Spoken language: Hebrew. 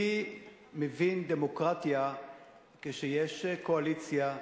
אני מבין דמוקרטיה כשיש קואליציה,